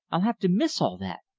i'll have to miss all that.